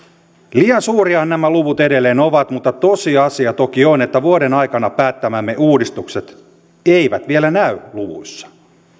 liian suuriahan nämä luvut edelleen ovat mutta tosiasia toki on että vuoden aikana päättämämme uudistukset eivät vielä näy luvuissa